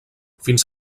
fins